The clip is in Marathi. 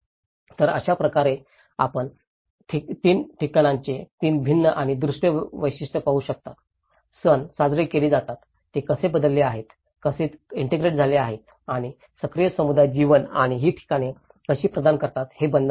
तर अशाच प्रकारे आपण ठिकाणांचे 3 भिन्न आणि दृश्य वैशिष्ट्य पाहू शकता सण कसे साजरे केले जातात ते कसे बदलले आहेत ते कसे ईंटेग्रेट झाले आहेत आणि सक्रिय समुदाय जीवन आणि ही ठिकाणे कशी प्रदान करतात हे बंधन आहे